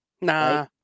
Nah